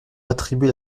attribuer